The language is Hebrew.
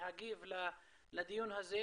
להגיב לדיון הזה.